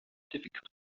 difficult